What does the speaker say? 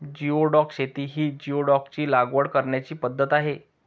geoduck शेती ही जिओडॅकची लागवड करण्याची पद्धत आहे